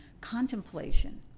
contemplation